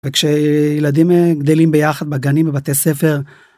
וכש..ילדים גדלים ביחד בגנים בבתי ספר.